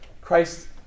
Christ